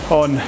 on